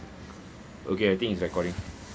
okay I think it's recording